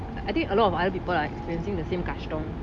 I think a lot of other people experiencing the same